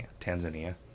Tanzania